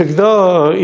the